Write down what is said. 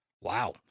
Wow